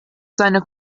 seine